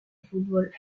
fútbol